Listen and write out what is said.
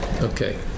Okay